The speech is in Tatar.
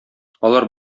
алар